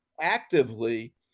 actively